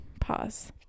pause